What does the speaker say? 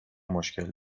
مشکل